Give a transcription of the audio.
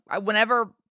Whenever